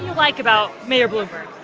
like about mayor bloomberg?